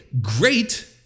great